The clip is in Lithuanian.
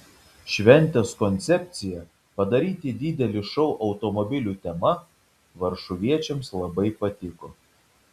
šventės koncepcija padaryti didelį šou automobilių tema varšuviečiams labai patiko